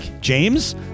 james